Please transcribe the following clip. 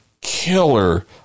killer